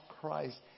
Christ